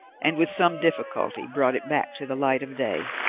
and with some difficulty brought it back to the light of day.